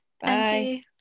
Bye